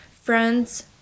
friends